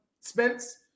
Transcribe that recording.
Spence